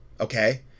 okay